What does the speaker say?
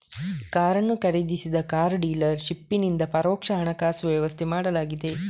ಕಾರನ್ನು ಖರೀದಿಸಿದ ಕಾರ್ ಡೀಲರ್ ಶಿಪ್ಪಿನಿಂದ ಪರೋಕ್ಷ ಹಣಕಾಸು ವ್ಯವಸ್ಥೆ ಮಾಡಲಾಗಿದೆ